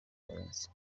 valens